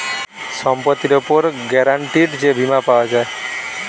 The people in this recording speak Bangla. সম্পত্তির উপর গ্যারান্টিড যে বীমা পাওয়া যায়